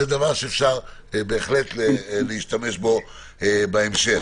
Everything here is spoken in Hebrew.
זה דבר שאפשר בהחלט להשתמש בו בהמשך.